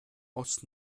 aus